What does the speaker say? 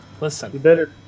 Listen